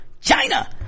China